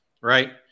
Right